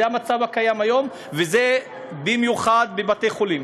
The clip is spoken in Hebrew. זה המצב הקיים היום, וזה במיוחד בבתי-חולים,